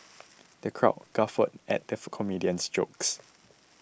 the crowd guffawed at the comedian's jokes